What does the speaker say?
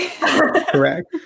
Correct